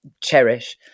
cherish